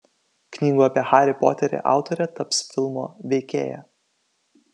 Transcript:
knygų apie harį poterį autorė taps filmo veikėja